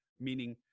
meaning